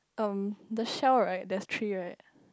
um the shell right there's three right